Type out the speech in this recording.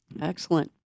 Excellent